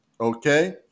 Okay